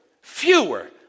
fewer